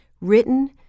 written